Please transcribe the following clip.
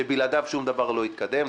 שבלעדיו שום דבר לא יתקדם.